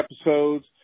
episodes